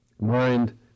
Mind